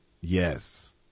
Yes